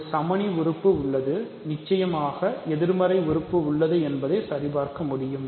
ஒரு சமணி உறுப்பு உள்ளது நிச்சயமாக எதிர்மறை உறுப்பு உள்ளது என்பதை சரிபார்க்க முடியும்